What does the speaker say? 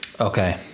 Okay